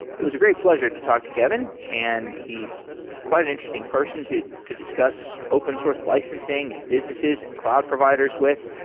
it was a great pleasure to talk to kevin, and he's quite an interesting person to to discuss open source licensing, and businesses, and cloud providers with.